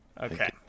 Okay